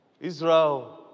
Israel